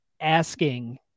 asking